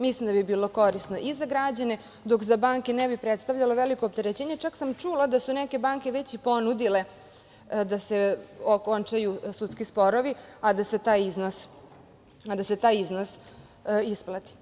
Mislim da bi bilo korisno i za građane, dok za banke ne bi predstavljalo veliko opterećenje, čak sam čula da su neke banke već i ponudile da se okončaju sudski sporovi, a da se taj iznos isplati.